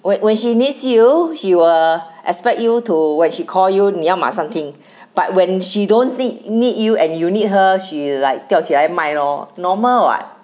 when when she needs you she will expect you to when she call you 你要马上听 but when she don't need need you and you need her she like 吊起来卖咯 normal [what]